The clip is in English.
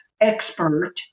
expert